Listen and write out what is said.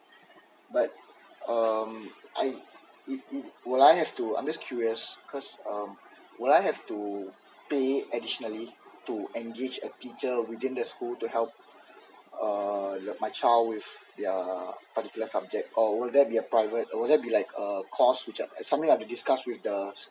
but um I it it will I have to I'm just curious cause um will I have to pay additionally to engage a teacher within the school to help uh my child with their uh particular subject or will there be a private or will there be like a course which I something I will discuss with the